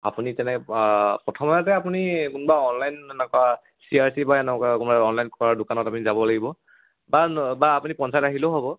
আপুনি তেনে প্ৰথমেতে আপুনি কোনোবা অনলাইন এনেকুৱা চি আৰ চি বা এনেকুৱা কোনোবা অনলাইন কৰা দোকানত আপুনি যাব লাগিব বা বা আপুনি পঞ্চায়ত আহিলেও হ'ব